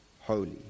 holy